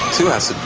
to our surprise,